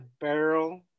barrel